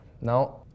Now